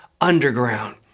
underground